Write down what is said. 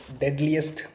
deadliest